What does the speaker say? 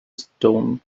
stone